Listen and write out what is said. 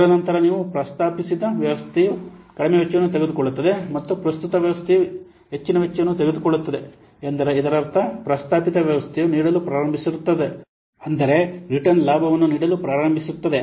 ಇದರ ನಂತರ ನೀವು ಪ್ರಸ್ತಾಪಿಸಿದ ವ್ಯವಸ್ಥೆಯು ಕಡಿಮೆ ವೆಚ್ಚವನ್ನು ತೆಗೆದುಕೊಳ್ಳುತ್ತದೆ ಮತ್ತು ಪ್ರಸ್ತುತ ವ್ಯವಸ್ಥೆಯು ಹೆಚ್ಚಿನ ವೆಚ್ಚವನ್ನು ತೆಗೆದುಕೊಳ್ಳುತ್ತದೆ ಎಂದರೆ ಇದರರ್ಥ ಪ್ರಸ್ತಾವಿತ ವ್ಯವಸ್ಥೆಯು ನೀಡಲು ಪ್ರಾರಂಭಿಸುತ್ತದೆ ಆದರೆ ರಿಟರ್ನ್ ಲಾಭವನ್ನು ನೀಡಲು ಪ್ರಾರಂಭಿಸುತ್ತದೆ